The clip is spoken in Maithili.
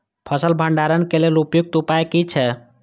फसल भंडारण के लेल उपयुक्त उपाय कि छै?